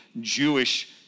Jewish